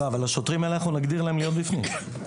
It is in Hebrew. אבל לשוטרים האלה נגדיר להיות בפנים.